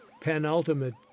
penultimate